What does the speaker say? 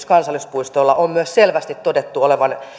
kansallispuistoilla on myös selvästi todettu olevan